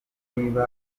niba